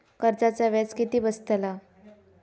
कर्जाचा व्याज किती बसतला?